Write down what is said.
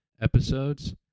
episodes